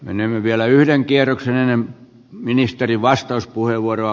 menemme vielä yhden kierroksen ennen ministerin vastauspuheenvuoroa